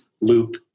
loop